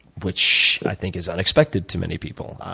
which i think is unexpected to many people,